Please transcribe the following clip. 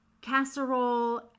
casserole